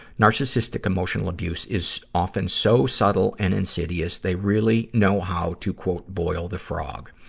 narcissistic emotional abuse is often so subtle and insidious, they really know how to boil the frog.